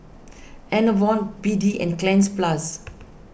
Enervon B D and Cleanz Plus